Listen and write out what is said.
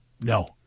No